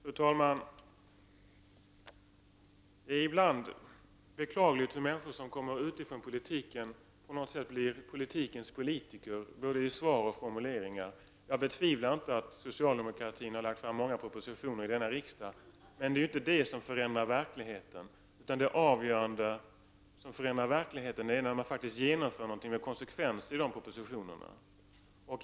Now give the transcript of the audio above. Fru talman! Det är beklagligt att människor som kommer in i politiken utifrån ibland blir ”politikens politiker”, både i svar och i formuleringar. Jag betvivlar inte att socialdemokraterna har lagt fram många propositioner i denna riksdag, men det är ju inte detta som förändrar verkligheten. Det avgörande, det som förändrar verkligheten, är när man faktiskt med konsekvens genomför någonting i dessa propositioner.